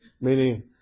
Meaning